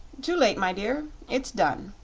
too late, my dear it's done.